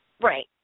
Right